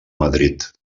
madrid